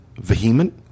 Vehement